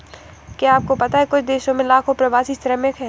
क्या आपको पता है कुछ देशों में लाखों प्रवासी श्रमिक हैं?